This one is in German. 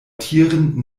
tieren